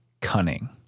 cunning